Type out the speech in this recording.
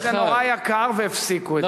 רק לאחרונה חברות גילו שזה נורא יקר והפסיקו עם זה,